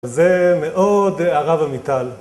זה מאוד הרב עמיטל.